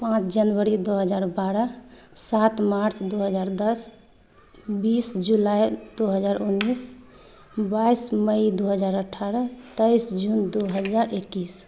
पाँच जनवरी दू हजार बारह सात मार्च दू हजार दस बीस जुलाइ दू हजार उन्नीस बाइस मइ दू हजार अठारह तेइस जून दू हजार इक्कीस